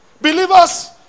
Believers